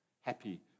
happy